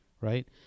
right